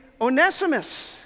Onesimus